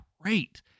great